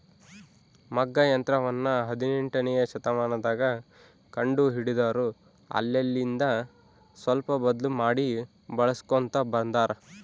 ಮಗ್ಗ ಯಂತ್ರವನ್ನ ಹದಿನೆಂಟನೆಯ ಶತಮಾನದಗ ಕಂಡು ಹಿಡಿದರು ಅಲ್ಲೆಲಿಂದ ಸ್ವಲ್ಪ ಬದ್ಲು ಮಾಡಿ ಬಳಿಸ್ಕೊಂತ ಬಂದಾರ